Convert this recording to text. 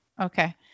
Okay